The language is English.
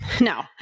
no